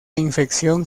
infección